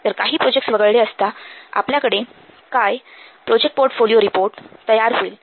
तर काही प्रोजेक्टस वगळले असता आपल्याकडे काय प्रोजेक्ट पोर्टफोलिओ रिपोर्ट तयार होईल